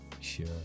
Sure